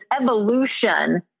evolution